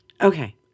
Okay